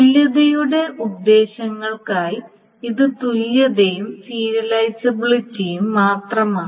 തുല്യതയുടെ ഉദ്ദേശ്യങ്ങൾക്കായി ഇത് തുല്യതയും സീരിയലൈസബിലിറ്റിയും മാത്രമാണ്